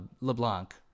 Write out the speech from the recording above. LeBlanc